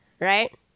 right